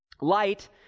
Light